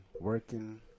working